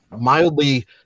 mildly